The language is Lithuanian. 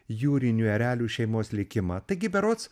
jūrinių erelių šeimos likimą taigi berods